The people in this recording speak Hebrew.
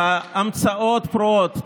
בהמצאות פרועות,